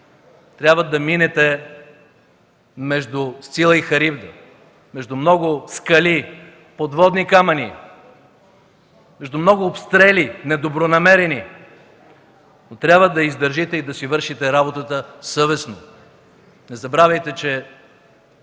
Трябва да минете между сила и харизма, между много подводни скали, между много обстрели – недобронамерени, но трябва да издържите и да си вършите работата съвестно. Не забравяйте, че